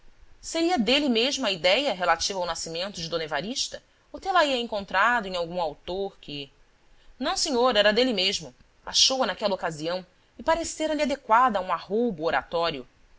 seria dele mesmo a idéia relativa ao nascimento de d evarista ou tê la ia encontrado em algum autor que não senhor era dele mesmo achou-a naquela ocasião e pareceu-lhe adequada a um arroubo oratório